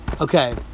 Okay